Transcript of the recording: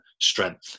strength